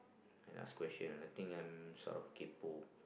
and ask question and I think I'm sort of kaypo